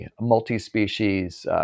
multi-species